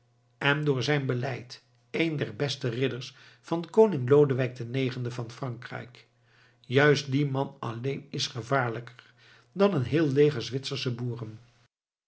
en door zijn beleid een der beste ridders van koning lodewijk ix van frankrijk juist die man alleen is gevaarlijker dan een heel leger zwitsersche boeren